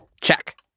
Check